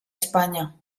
espanya